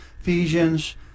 Ephesians